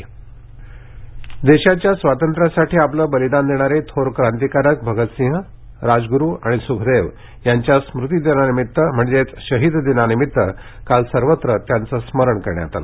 शहीद दिन देशाच्या स्वातंत्र्यासाठी आपलं बलिदान देणारे थोर क्रांतिकारक भगतसिंग राजगुरु आणि सुखदेव यांच्या स्मृती दिनानिमित्त म्हणजेच शहीद दिनानिमित्त काल सर्वत्र त्यांचं स्मरण करण्यात आलं